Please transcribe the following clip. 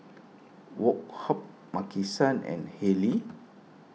Woh Hup Maki San and Haylee